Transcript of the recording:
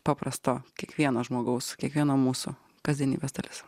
paprasto kiekvieno žmogaus kiekvieno mūsų kasdienybės dalis